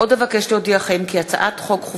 הצעת חוק לתיקון פקודת מסילות הברזל (מס' 8),